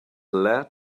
lead